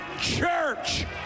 church